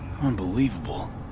Unbelievable